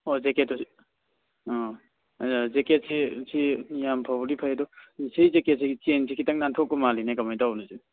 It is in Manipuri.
ꯍꯣ ꯖꯦꯛꯀꯦꯠꯇꯣ ꯑꯥ ꯖꯦꯛꯀꯦꯠꯁꯤ ꯌꯥꯝ ꯐꯕꯨꯗꯤ ꯐꯩ ꯑꯗꯣ ꯁꯤ ꯖꯦꯛꯀꯦꯠꯁꯤ ꯆꯦꯟꯁꯤ ꯈꯤꯇꯪ ꯅꯥꯟꯊꯣꯛꯄ ꯃꯥꯜꯂꯤꯅꯦ ꯀꯃꯥꯏ ꯇꯧꯕꯅꯣ ꯁꯤ